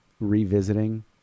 revisiting